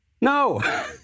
No